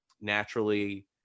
naturally